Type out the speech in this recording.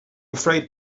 afraid